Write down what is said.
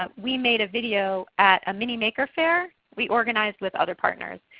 but we made a video at a mini maker fair we organized with other partners.